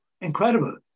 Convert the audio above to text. Incredible